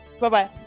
Bye-bye